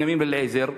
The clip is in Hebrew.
בנימין בן-אליעזר,